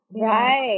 Right